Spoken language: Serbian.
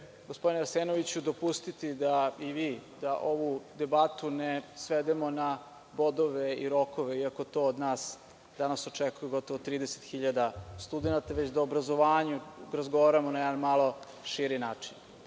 gospodine Arsenoviću, dopustiti i vi da ovu debatu ne svedemo na bodove i rokove, iako to od nas danas očekuje gotovo 30.000 studenata, već da o obrazovanju razgovaramo na jedan malo širi